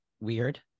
weird